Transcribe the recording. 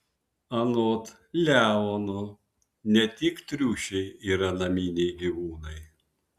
anot leono ne tik triušiai yra naminiai gyvūnai